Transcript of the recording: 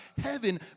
heaven